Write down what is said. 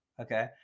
Okay